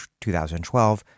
2012